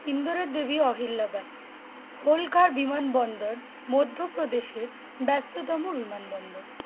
ইন্দোরের দেবী অহিল্লাবঈী হোলকার বিমানবন্দর মধ্যপ্রদেশের ব্যস্ততম বিমানবন্দর